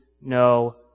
no